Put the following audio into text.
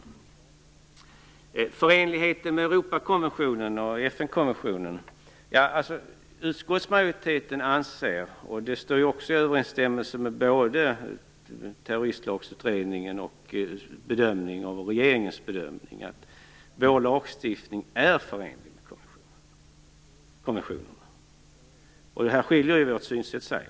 Så till frågan om lagstiftningens förenlighet med Europakonventionen och FN-konventionen. Utskottsmajoriteten anser - och det står i överensstämmelse med både Terroristlagsutredningens och regeringens bedömning - att vår lagstiftning är förenlig med konventionerna. Här skiljer sig vårt synsätt.